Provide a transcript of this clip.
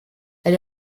elle